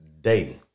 day